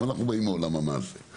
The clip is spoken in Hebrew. אנחנו באים מעולם המעשה.